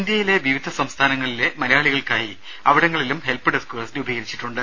ഇന്ത്യയിലെ വിവിധ സംസ്ഥാനങ്ങളിലുള്ള മലയാളികൾക്കായി അവിടങ്ങളിലും ഹെൽപ് ഡെസ്ക്കുകൾ രൂപീകരിച്ചിട്ടുണ്ട്